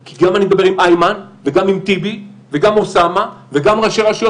כי אני מדבר גם עם איימן וגם עם טיבי וגם עם אוסאמה וגם עם ראשי רשויות.